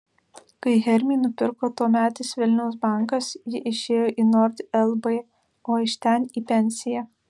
kai hermį nupirko tuometis vilniaus bankas ji išėjo į nord lb o iš ten į pensiją